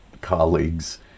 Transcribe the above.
colleagues